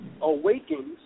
awakens